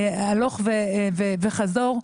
הלוך וחזור,